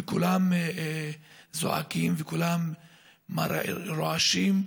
וכולם זועקים, וכולם רועשים,